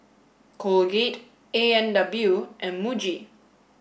Colgate A and W and Muji